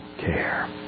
care